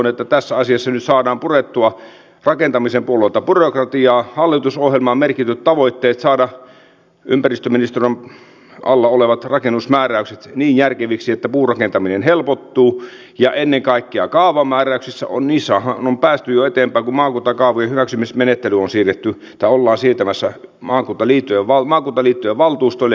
toivon että tässä asiassa nyt saadaan purettua rakentamisen puolelta byrokratiaa toteutetaan hallitusohjelmaan merkityt tavoitteet saada ympäristöministeriön alla olevat rakennusmääräykset niin järkeviksi että puurakentaminen helpottuu ja ennen kaikkea kaavamääräyksissähän on päästy jo eteenpäin kun maakuntakaavojen hyväksymismenettely ollaan siirtämässä maakuntaliittojen valtuustoille hyväksyttäväksi